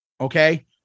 Okay